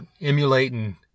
emulating